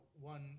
one